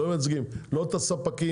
לא מייצגים את הספקים,